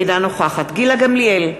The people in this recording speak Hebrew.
אינה נוכחת גילה גמליאל,